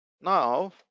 Now